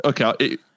okay